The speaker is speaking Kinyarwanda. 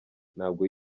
ntabwo